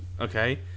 Okay